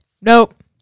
nope